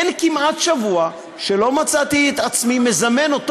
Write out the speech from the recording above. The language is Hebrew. אין כמעט שבוע שלא מצאתי את עצמי מזמן אותו,